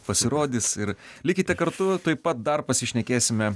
pasirodys ir likite kartu tuoj pat dar pasišnekėsime